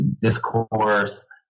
discourse